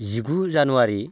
जिगु जानुवारि